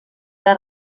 era